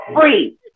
free